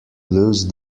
lose